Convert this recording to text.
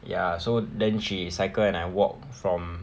ya so then she cycle and I walk from